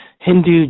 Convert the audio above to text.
Hindu